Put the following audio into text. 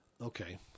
Okay